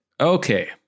Okay